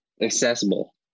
Accessible